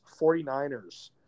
49ers